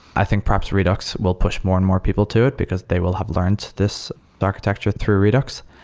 i think perhaps redux will push more and more people to it, because they will have learned this architecture through redux.